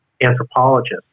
anthropologist